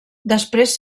després